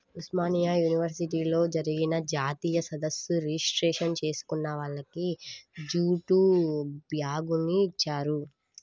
ఉస్మానియా యూనివర్సిటీలో జరిగిన జాతీయ సదస్సు రిజిస్ట్రేషన్ చేసుకున్న వాళ్లకి జూటు బ్యాగుని ఇచ్చారు